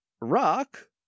rock